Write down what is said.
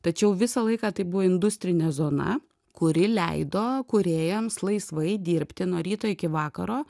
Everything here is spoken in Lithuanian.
tačiau visą laiką tai buvo industrinė zona kuri leido kūrėjams laisvai dirbti nuo ryto iki vakaro